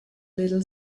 little